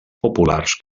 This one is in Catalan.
populars